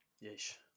Yes